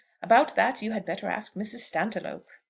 about that you had better ask mrs. stantiloup.